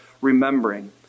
remembering